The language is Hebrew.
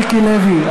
מיקי לוי,